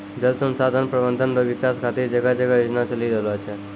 जल संसाधन प्रबंधन रो विकास खातीर जगह जगह योजना चलि रहलो छै